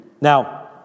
Now